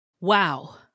Wow